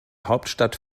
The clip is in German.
hauptstadt